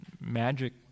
magic